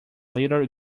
little